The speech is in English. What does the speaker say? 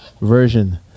version